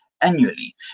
annually